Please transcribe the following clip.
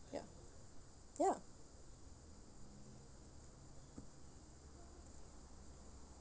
ya ya